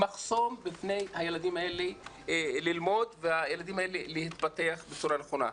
מחסום בפני הילדים האלה ללמוד ולהתפתח בצורה נכונה.